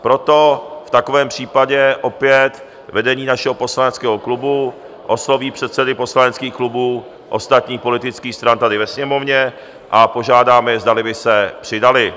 Proto v takovém případě opět vedení našeho poslaneckého klubu osloví předsedy poslaneckých klubů ostatních politických stran tady ve Sněmovně a požádáme je, zdali by se přidali.